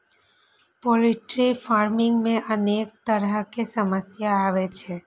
poultry farming मे अनेक तरहक समस्या आबै छै